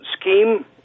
scheme